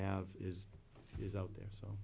have is is out there so